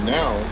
now